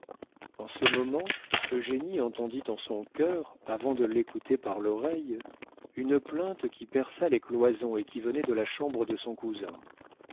en ce moment eugénie entendit en son cœur avant de l'écouter par l'oreille une plainte qui perça les cloisons et qui venait de la chambre de son cousin